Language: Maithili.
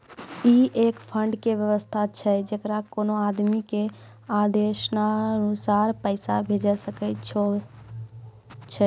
ई एक फंड के वयवस्था छै जैकरा कोनो आदमी के आदेशानुसार पैसा भेजै सकै छौ छै?